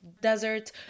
desert